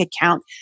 account